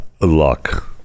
luck